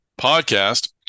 podcast